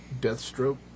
Deathstroke